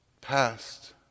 past